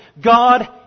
God